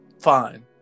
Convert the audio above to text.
Fine